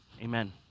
amen